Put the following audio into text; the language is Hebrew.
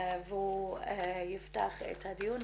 והוא יפתח את הדיון.